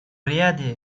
ряде